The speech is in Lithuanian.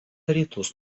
rytus